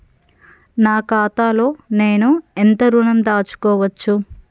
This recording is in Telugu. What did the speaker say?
నా ఖాతాలో నేను ఎంత ఋణం దాచుకోవచ్చు?